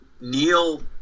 Neil